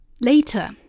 Later